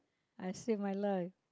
I save my life